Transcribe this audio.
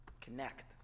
connect